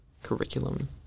curriculum